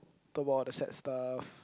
talk about all the sad stuff